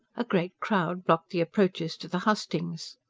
a great crowd blocked the approaches to the hustings.